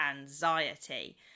anxiety